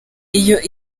iyo